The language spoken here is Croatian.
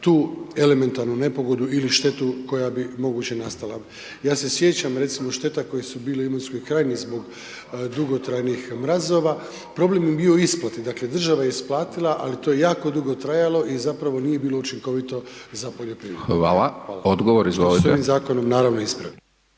tu elementarnu nepogodu ili štetu koja bi moguće nastala. Ja se sjećam, recimo, šteta koje su bili u Imotskoj krajini zbog dugotrajnih mrazova, problem je bio u isplati. Dakle, država je isplatila, ali to je jako dugo trajalo i zapravo nije bilo učinkovito za poljoprivrednike. **Hajdaš Dončić, Siniša (SDP)** Hvala.